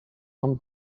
from